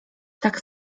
tak